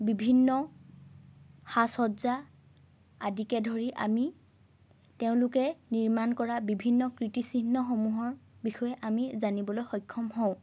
বিভিন্ন সাজ সজ্জা আদিকে ধৰি আমি তেওঁলোকে নিৰ্মাণ কৰা বিভিন্ন কীৰ্তি চিহ্নসমূহৰ বিষয়ে আমি জানিবলৈ সক্ষম হওঁ